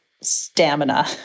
stamina